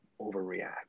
overreact